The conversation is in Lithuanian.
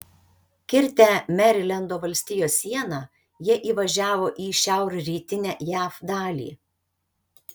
kirtę merilendo valstijos sieną jie įvažiavo į šiaurrytinę jav dalį